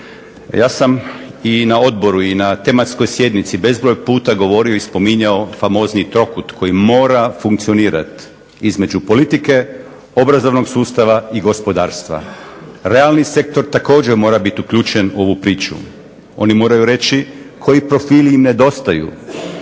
Ja sam i na odboru i na tematskoj sjednici bezbroj puta govorio i spominjao famozni trokut koji mora funkcionirat između politike, obrazovnog sustava i gospodarstva. Realni sektor također mora biti uključen u ovu priču, oni moraju reći koji profili im nedostaju,